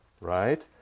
right